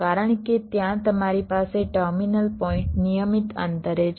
કારણ કે ત્યાં તમારી પાસે ટર્મિનલ પોઈન્ટ નિયમિત અંતરે છે